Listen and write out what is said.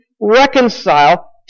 reconcile